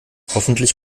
hoffentlich